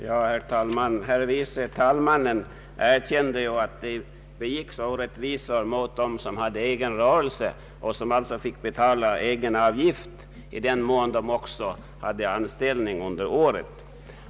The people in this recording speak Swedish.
Herr talman! Herr förste vice talmannen erkände att det begicks orättvisor mot dem som har egen rörelse och som alltså får betala egenavgift i den mån de också har anställning under året.